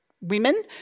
women